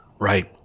Right